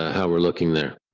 how we're looking there.